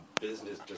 business